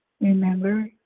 Remember